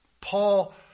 Paul